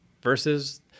versus